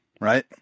right